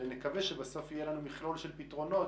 ונקווה שבסוף יהיה לנו מכלול של פתרונות